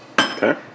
Okay